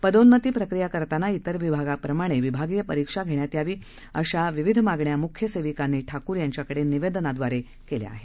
पदोन्नती प्रक्रिया करताना इतर विभागाप्रमाणे विभागीय परिक्षा घेण्यात यावी अशा विविध मागण्या मुख्य सेविकांनी ठाकूर यांच्याकडे निवेदनाद्वारे केल्या आहेत